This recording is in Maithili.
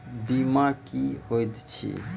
बीमा की होइत छी?